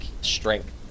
strength